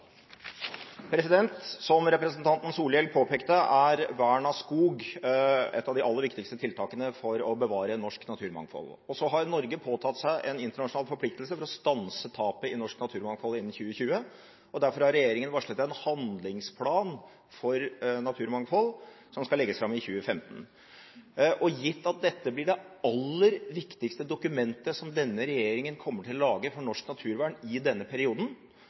oppfølgingsspørsmål. Som representanten Solhjell påpekte, er vern av skog et av de aller viktigste tiltakene for å bevare norsk naturmangfold. Norge har påtatt seg en internasjonal forpliktelse for å stanse tapet av norsk naturmangfold innen 2020, og derfor har regjeringen varslet en handlingsplan for naturmangfold som skal legges fram i 2015. Gitt at dette blir det aller viktigste dokumentet som denne regjeringen kommer til å lage for norsk naturvern i denne perioden,